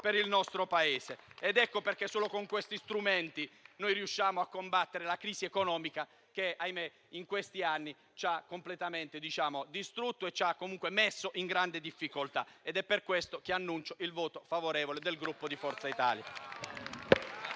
per il nostro Paese. Ecco perché solo con questi strumenti riusciamo a combattere la crisi economica che, ahimè, in questi anni ci ha distrutto e messo in grande difficoltà. È per questo che annuncio il voto favorevole del Gruppo Forza Italia.